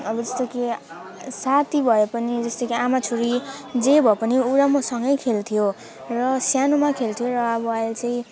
अब जस्तो कि साथी भए पनि अब जस्तो कि आमा छोरी जे भए पनि ऊ र म सँगै खेल्थ्यो र सानोमा खेल्थ्यो र अब अहिले चाहिँ